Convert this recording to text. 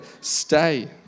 stay